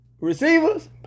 receivers